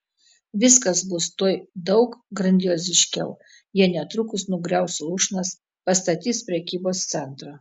viskas bus tuoj daug grandioziškiau jie netrukus nugriaus lūšnas pastatys prekybos centrą